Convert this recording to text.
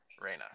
Reyna